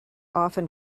often